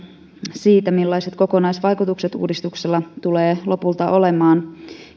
siitä millaiset kokonaisvaikutukset uudistuksella tulee lopulta olemaan